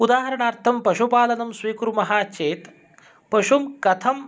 उदाहरणार्थं पशुपालनं स्वीकुर्मः चेत् पशुं कथम्